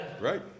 Right